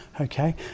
Okay